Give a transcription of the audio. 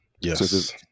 Yes